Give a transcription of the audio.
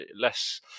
less